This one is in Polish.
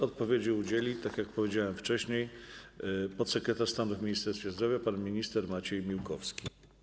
Odpowiedzi udzieli, tak jak powiedziałem wcześniej, podsekretarz stanu w Ministerstwie Zdrowia pan minister Maciej Miłkowski.